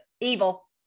evil